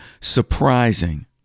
surprising